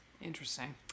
Interesting